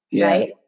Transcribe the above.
Right